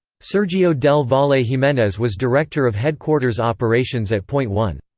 sergio del valle ah jimenez was director of headquarters operations at point one.